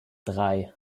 drei